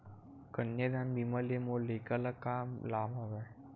कन्यादान बीमा ले मोर लइका ल का लाभ हवय?